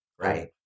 right